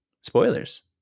spoilers